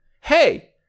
Hey